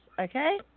Okay